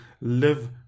live